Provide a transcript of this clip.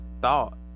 thought